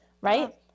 right